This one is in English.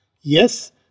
Yes